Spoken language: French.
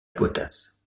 potasse